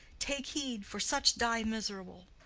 take heed, for such die miserable.